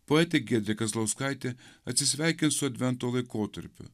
poetė giedrė kazlauskaitė atsisveikins su advento laikotarpiu